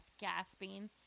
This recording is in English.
gasping